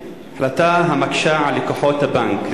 החלטה המקשה על לקוחות הבנק.